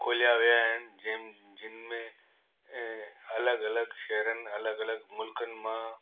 खोलिया विया आहिनि जिम जिन में ऐं अलॻि अलॻि शहरनि में अलॻि अलॻि मुलकनि मां